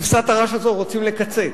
כבשת הרש הזאת רוצים לקצץ,